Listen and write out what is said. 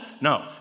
No